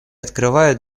открывают